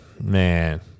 Man